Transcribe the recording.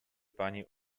pani